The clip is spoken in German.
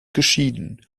geschieden